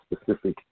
specific